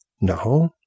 No